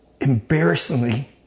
embarrassingly